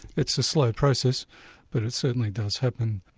it's a slow process but it certainly does happen.